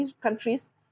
countries